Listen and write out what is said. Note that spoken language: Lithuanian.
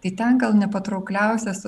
tai ten gal nepatraukliausias